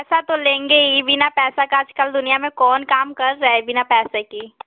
पैसा तो लेंगे हीं बिना पैसा के आजकल दुनिया में आजकल कौन काम कर रहा है बिना पैसे की